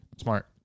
Smart